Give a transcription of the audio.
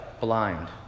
blind